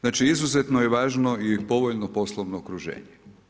Znači izuzetno je važno i povoljno poslovno okruženje.